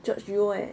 george yeo eh